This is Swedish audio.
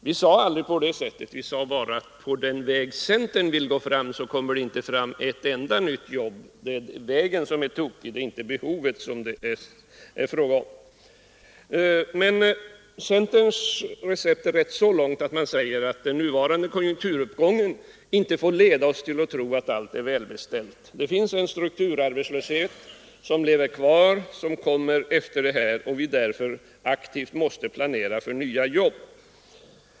Vi sade aldrig så, utan vi sade bara att på den väg centern vill gå kommer det inte fram ett enda nytt jobb; det är vägen som är tokig — behovet har det aldrig varit fråga om. Centern har rätt så långt att den nuvarande högkonjunkturuppgången inte får förleda oss att tro att allt är väl ställt. Det lever kvar en strukturarbetslöshet, och därför måste vi aktivt planera för nya jobb.